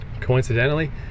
coincidentally